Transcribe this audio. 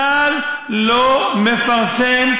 צה"ל לא מפרסם,